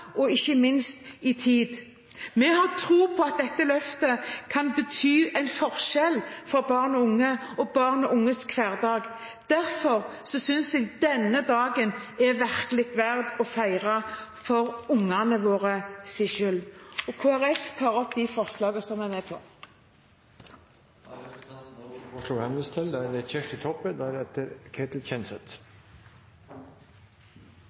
og, ikke minst, i tid. Vi har tro på at dette løftet kan bety en forskjell for barn og unge og barn og unges hverdag. Derfor synes jeg denne dagen virkelig er verd å feire – for våre ungers skyld. Kristelig Folkeparti anbefaler komiteens innstilling. Først vil eg seia at det er